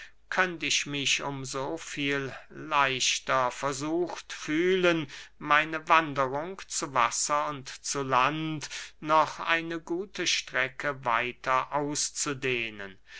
könnt ich mich um so leichter versucht fühlen meine wanderungen zu wasser und zu lande noch eine gute strecke weiter auszudehnen